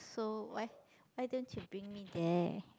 so why why don't you bring me there